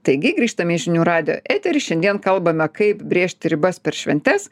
taigi grįžtam į žinių radijo eterį šiandien kalbame kaip brėžti ribas per šventes